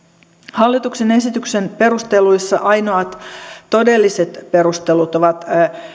hallituksen esityksen perusteluissa ainoat todelliset perustelut ovat